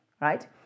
right